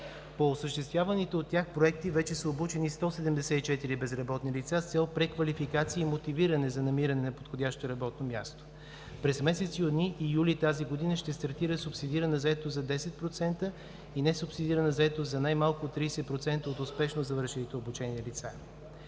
По осъществяваните от тях проекти вече са обучени 174 безработни лица с цел преквалификации и мотивиране за намиране на подходящо работно място. През месец юни и юли тази година ще стартира субсидирана заетост за 10% и несубсидирана заетост за най-малко 30% от успешно завършилите обучение лица.